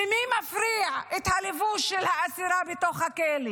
למי מפריע הלבוש של האסירה בתוך הכלא?